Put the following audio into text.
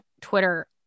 Twitter